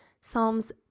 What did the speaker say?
Psalms